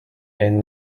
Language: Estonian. end